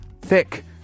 thick